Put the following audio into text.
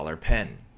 pen